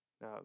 Now